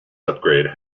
upgrade